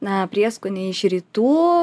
na prieskoniai iš rytų